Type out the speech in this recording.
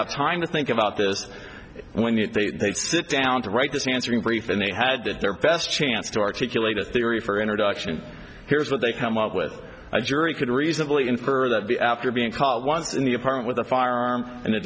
have time to think about this and when they sit down to write this answer in brief and they had their best chance to articulate a theory for introduction here's what they come up with a jury could reasonably infer that the after being caught once in the apartment with a firearm and